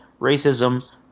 racism